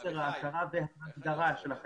בשנים האחרונות עולה מספר המתגייסים מקרב האוכלוסיה